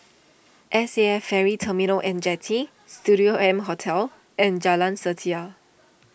S A F Ferry Terminal and Jetty Studio M Hotel and Jalan Setia